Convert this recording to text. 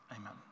Amen